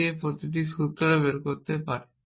যদি এটি প্রতিটি সত্য সূত্র বের করতে পারে